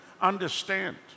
understand